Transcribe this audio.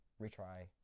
Retry